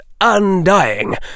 Undying